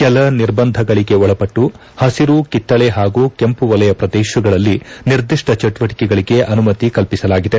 ಕೆಲ ನಿರ್ಬಂಧಗಳಿಗೆ ಒಳಪಟ್ಟು ಪಸಿರು ಕಿತ್ತಳೆ ಪಾಗೂ ಕೆಂಮ ವಲಯ ಪ್ರದೇಶಗಳಲ್ಲಿ ನಿರ್ದಿಷ್ಟ ಚಟುವಟಿಕೆಗಳಿಗೆ ಅನುಮತಿ ಕಲ್ಪಿಸಲಾಗಿದೆ